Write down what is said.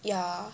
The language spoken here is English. ya